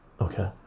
okay